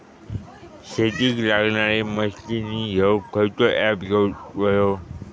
शेतीक लागणारे मशीनी घेवक खयचो ऍप घेवक होयो?